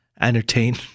entertain